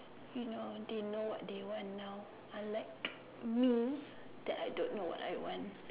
you know they know what they want now unlike me that I don't know what I want